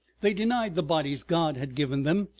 they denied the bodies god had given them,